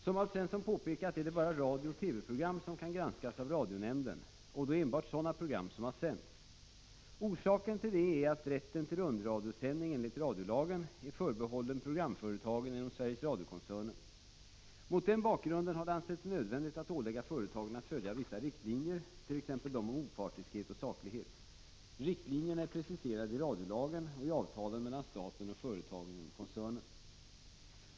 Som Alf Svensson påpekat är det bara radiooch TV-program som kan granskas av radionämnden och då enbart sådana program som har sänts. Orsaken till detta är att rätten till rundradiosändning enligt radiolagen är förbehållen programföretagen inom Sveriges Radio-koncernen. Mot den bakgrunden har det ansetts nödvändigt att ålägga företagen att följa vissa riktlinjer, t.ex. dem om opartiskhet och saklighet. Riktlinjerna är preciserade i radiolagen och i avtalen mellan staten och företagen inom koncernen.